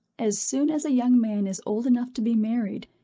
as soon as a young man is old enough to be married,